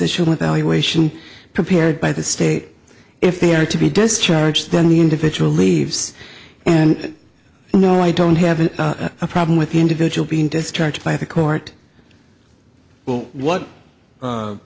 equation prepared by the state if they are to be discharged then the individual leaves and no i don't have a problem with the individual being discharged by the court will what